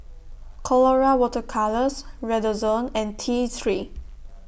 Colora Water Colours Redoxon and T three